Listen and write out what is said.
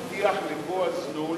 הבטיח לבועז נול,